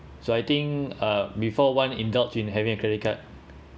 so I think uh before one indulge in having a credit card